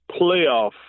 playoff